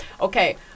Okay